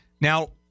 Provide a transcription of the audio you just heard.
Now